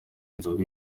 inzoga